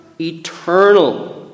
eternal